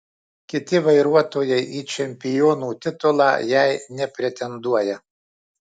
kiti vairuotojai į čempionų titulą jei nepretenduoja